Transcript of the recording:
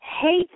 hate